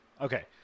okay